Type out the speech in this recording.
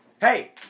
Hey